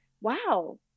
wow